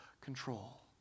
control